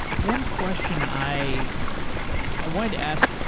one question i i wanted to ask.